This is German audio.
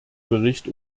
bericht